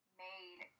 made